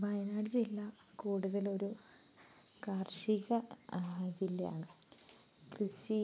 വയനാട് ജില്ല കൂടുതലൊരു കാർഷിക ആ ജില്ലയാണ് കൃഷി